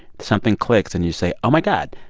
something clicks. and you say, oh, my god.